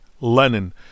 Lenin